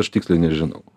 aš tiksliai nežinau